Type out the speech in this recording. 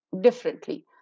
differently